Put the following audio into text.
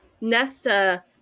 Nesta